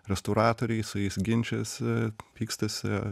restauratoriai su jais ginčijasi pykstasi